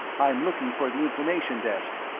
i'm looking for the information desk.